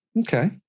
Okay